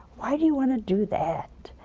why do you want to do that?